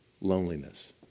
loneliness